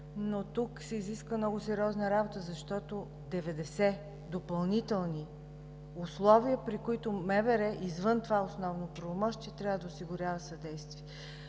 но тук се изисква много сериозна работа, защото има 90 допълнителни условия, при които МВР, извън това основно правомощие, трябва да осигурява съдействие.